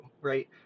right